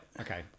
okay